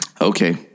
okay